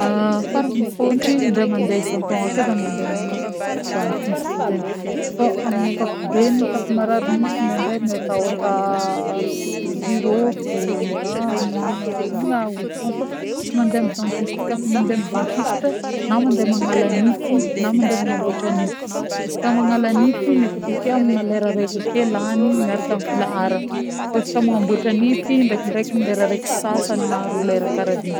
Farany mifôntry in-dre mandeha isan-taogno ake zah mandeha amina dentiste zegny, fô amin'ny ankapobeny koà fa marary nify ndraindray miôtaôta jirofo na mihinagna mihinagna ody fogna fô fa tsy mandeha amy dentiste, koà fa mandeha amin'ny dentiste na mandeha mangala nify mety akeke amina lera reka akeo lany miaraka amin'ny filaharana fô izy koà magnambôtra nify ndrekindreky lera reky sy sasany na roa lera karan'igny.